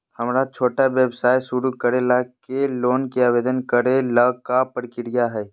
हमरा छोटा व्यवसाय शुरू करे ला के लोन के आवेदन करे ल का प्रक्रिया हई?